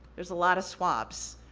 there's a lot of swabs.